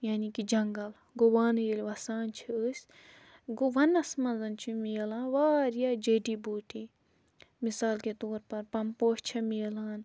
یعنی کہِ جنٛگَل گوٚو وَن ییٚلہِ وَسان چھِ أسۍ گوٚو وَنَس منٛز چھِ مِلان واریاہ جٔٹی بوٗٹی مِثال کے طور پَر پَمپوش چھےٚ مِلان